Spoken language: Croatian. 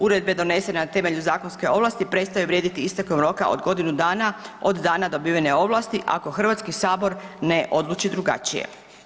Uredbe donesene na temelju zakonske ovlasti prestaju vrijediti istekom roka od godinu dana od dana dobivene ovlasti ako Hrvatski sabor ne odluči drugačije.